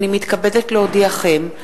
הנני מתכבדת להודיעכם,